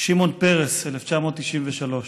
שמעון פרס, 1993: